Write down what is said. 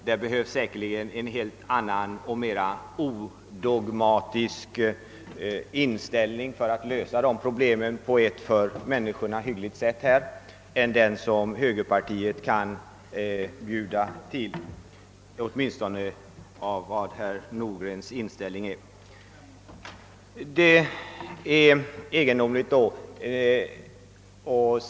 Det behövs en helt annan, mera odogmatisk inställning för att klara dessa frågor på ett för "människorna hyggligt sätt än den som högerpartiet kan erbjuda, åtminstone av herr Nordgrens tankegångar att döma.